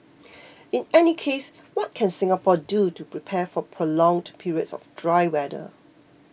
in any case what can Singapore do to prepare for prolonged periods of dry weather